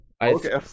Okay